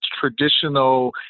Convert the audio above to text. traditional